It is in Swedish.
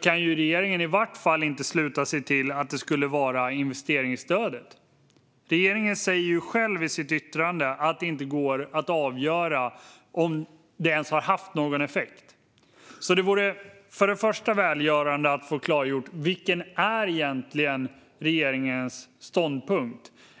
kan ju regeringen i vart fall inte sluta sig till att det skulle vara investeringsstödet. Regeringen säger ju själv i sitt yttrande att det inte går att avgöra om det ens har haft någon effekt. Det vore välgörande att få klargjort vilken regeringens ståndpunkt är.